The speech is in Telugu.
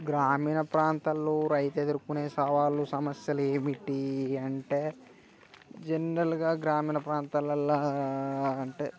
గ్రామీణ ప్రాంతాలలో రైతు ఎదుర్కొనే సవాళ్ళు సమస్యలు ఏమిటి అంటే జెనెరల్ గా గ్రామీణ ప్రాంతాలలో అంటే